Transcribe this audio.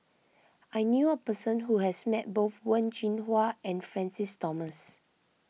I knew a person who has met both Wen Jinhua and Francis Thomas